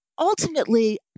Ultimately